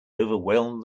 overwhelmed